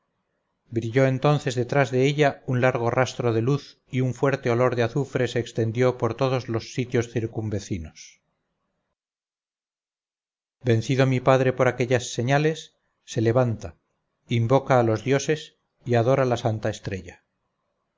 brilló entonces detrás de ella un largo rastro de luz y un fuerte olor de azufre se extendió por todos los sitios circunvecinos vencido mi padre por aquellas señales se levanta invoca a los dioses y adora la santa estrella